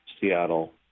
Seattle